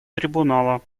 трибунала